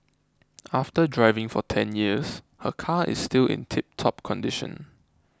after driving for ten years her car is still in tiptop condition